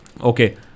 Okay